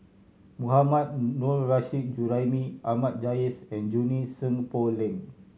Mohammad Nurrasyid Juraimi Ahmad Jais and Junie Sng Poh Leng